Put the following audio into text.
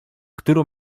którą